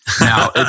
Now